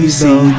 see